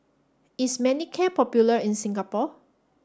is Manicare popular in Singapore